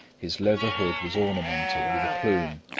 his leather hood was ornamented with a plume,